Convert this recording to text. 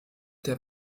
der